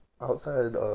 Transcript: outside